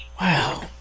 Wow